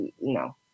no